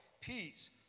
peace